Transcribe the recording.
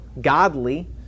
godly